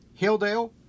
Hildale